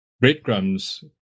breadcrumbs